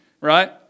right